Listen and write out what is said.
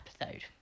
episode